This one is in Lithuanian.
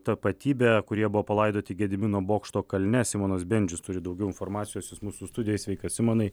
tapatybę kurie buvo palaidoti gedimino bokšto kalne simonas bendžius turi daugiau informacijos jis mūsų studijoj sveikas simonai